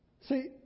See